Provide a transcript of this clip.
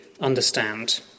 understand